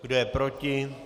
Kdo je proti?